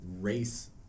race